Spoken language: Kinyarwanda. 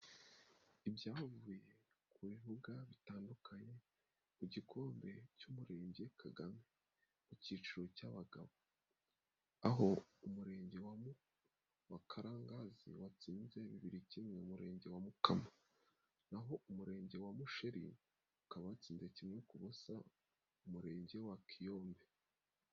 Ibyavuye ku bibuga bitandukanye ku gikombe cy'Umurenge Kagame mu cyiciro cy'abagabo. Aho Umurenge wa Karangazi watsinze bibiri kimwe Umurenge wa Mukama. Naho Umurenge wa Musheri ukaba watsinze kimwe k'ubusa Umurenge wa Kiyombe.